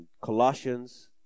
Colossians